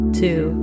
two